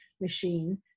Machine